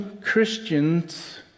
Christians